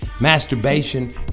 Masturbation